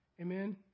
Amen